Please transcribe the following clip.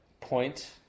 point